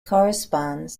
corresponds